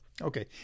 Okay